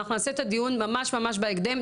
אנחנו נעשה את הדיון ממש ממש בהקדם.